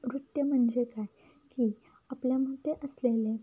नृत्य म्हणजे काय की आपल्यामध्ये असलेले